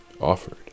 offered